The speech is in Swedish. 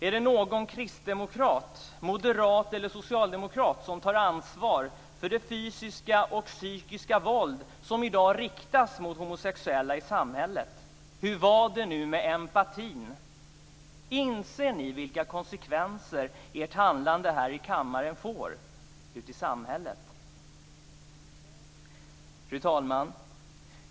Är det någon kristdemokrat, moderat eller socialdemokrat som tar ansvar för det fysiska och psykiska våld som i dag riktas mot homosexuella i samhället? Hur var det nu med empatin? Inser ni vilka konsekvenser ert handlande här i kammaren får ute i samhället? Fru talman!